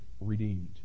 redeemed